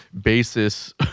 basis